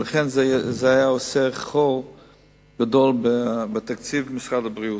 ולכן זה היה עושה חור גדול בתקציב משרד הבריאות.